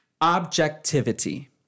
Objectivity